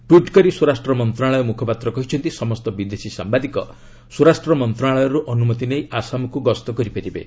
tweet କରି ସ୍ୱରାଷ୍ଟ୍ର ମନ୍ତ୍ରଣାଳୟ ମୁଖପାତ୍ର କହିଛନ୍ତି ସମସ୍ତ ବିଦେଶୀ ସାମ୍ବାଦିକ ସ୍ୱରାଷ୍ଟ୍ର ମନ୍ତ୍ରଣାଳୟରୁ ଅନୁମତି ନେଇ ଆସାମକୁ ଗସ୍ତ କରିପାରିବେ